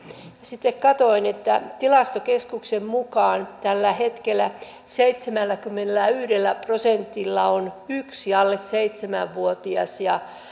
sitten katsoin että tilastokeskuksen mukaan tällä hetkellä seitsemälläkymmenelläyhdellä prosentilla on yksi alle seitsemän vuotias ja